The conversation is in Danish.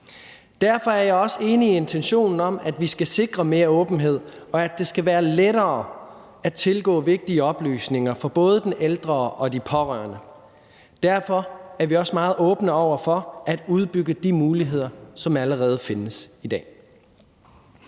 Derfor er jeg også enig i intentionen om, at vi skal sikre mere åbenhed, og at det skal være lettere at tilgå vigtige oplysninger for både den ældre og de pårørende. Derfor er vi også meget åbne over for at udbygge de muligheder, som allerede findes i dag.